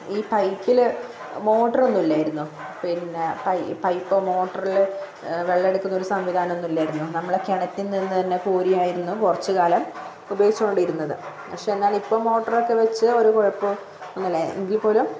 ഈ പൈപ്പിൽ മോട്ടറൊന്നും ഇല്ലായിരുന്നു പിന്നെ പൈപ്പ് മോട്ടറിൽ വെള്ളമെ ടുക്കുന്നൊരു സംവിധാനമൊന്നും ഇല്ലായിരുന്നു നമ്മളെ കിണറ്റിൽ നിന്നുതന്നെ കോരിയായിരുന്നു കുറച്ച് കാലം ഉപയോഗിച്ചുകൊണ്ടിരുന്നത് പക്ഷേ എന്നാൽ ഇപ്പം മോട്ടറൊക്കെ വച്ച് ഒരു കൊഴപ്പോവും ഒന്നും ഇല്ല എങ്കിൽപ്പോലും